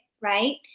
Right